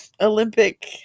Olympic